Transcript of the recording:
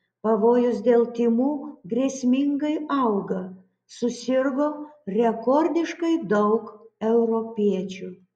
pavojus dėl tymų grėsmingai auga susirgo rekordiškai daug europiečių